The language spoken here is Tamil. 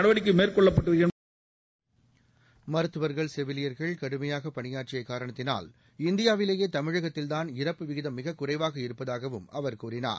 செகண்ட்ஸ் மருத்துவர்கள் செவிலியர்கள் கடுமையாக பணியாற்றிய காரணத்தினால் இந்தியாவிலேயே தமிழகத்தில்தான் இறப்பு விகிதம் மிகக் குறைவாக இருப்பதாகவும் அவர் கூறினார்